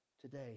today